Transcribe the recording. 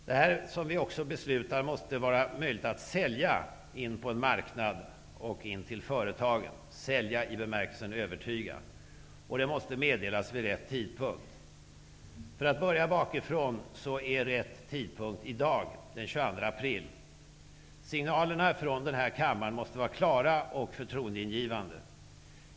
Det som vi beslutar måste också vara möjligt att sälja på en marknad och till företagen, sälja i bemärkelsen övertyga. Och det måste meddelas vid rätt tidpunkt. För att börja bakifrån är rätt tidpunkt i dag, den 22 april. Signalerna från den här kammaren måste vara klara och förtroendeingivande.